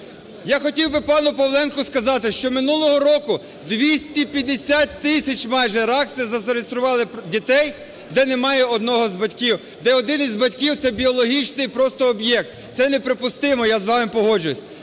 Я хотів би пану Павленку сказати, що минулого року двісті п'ятдесят тисяч майже РАГСи зареєстрували дітей, де немає одного з батьків, де один із батьків – це біологічний просто об'єкт. Це неприпустимо, я з вами погоджуюсь.